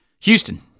Houston